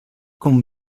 com